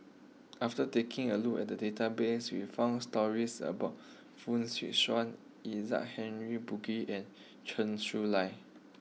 after taking a look at the database we found stories about Fong Swee Suan Isaac Henry Burkill and Chen Su Lan